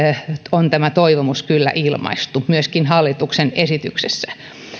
on tämä toivomus kyllä ilmaistu myöskin hallituksen esityksessä